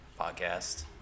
podcast